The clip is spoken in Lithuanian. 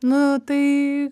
nu tai